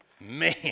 Man